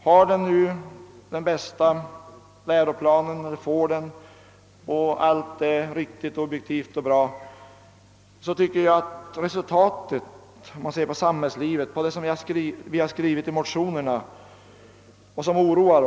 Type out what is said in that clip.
Om skolan nu har eller efter dagens beslut får den bästa läroplanen och allt är objektivt och bra, så tycker jag att de resultat man ser i samhällslivet — något som vi oroar oss för och har skrivit om i motionerna — är så förvånande.